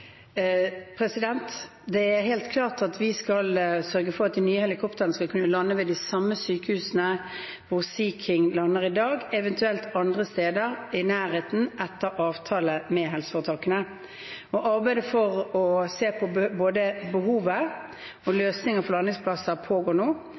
Det er helt klart at vi skal sørge for at de nye helikoptrene skal kunne lande ved de samme sykehusene hvor Sea King lander i dag, eventuelt andre steder i nærheten etter avtale med helseforetakene. Arbeidet med å se på både behov og